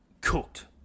Cooked